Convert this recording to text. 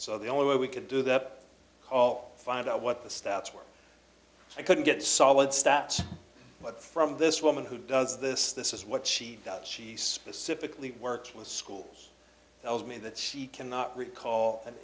w the only way we could do that all find out what the stats were i couldn't get solid stats but from this woman who does this this is what she does she specifically worked with schools tell me that she cannot recall an